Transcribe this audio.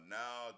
now